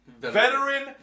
veteran